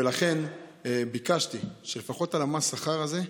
לכן ביקשתי שלפחות את המס שכר הזה,